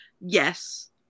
Yes